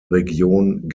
region